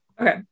Okay